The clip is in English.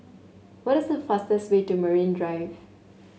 what is the fastest way to Marine Drive